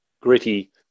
gritty